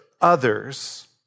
others